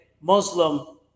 Muslim